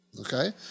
Okay